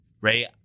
Ray